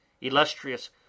Illustrious